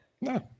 No